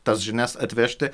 tas žinias atvežti